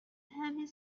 humming